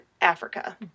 Africa